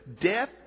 Death